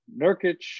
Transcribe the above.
Nurkic